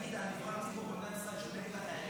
להגיד על נבחר ציבור במדינת ישראל שהוא נגד החיילים,